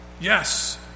yes